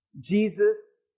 Jesus